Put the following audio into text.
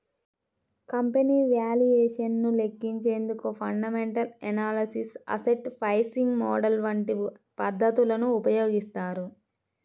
company valuation ను లెక్కించేందుకు fundamental analysis, asset pricing model వంటి పద్ధతులను ఉపయోగిస్తారు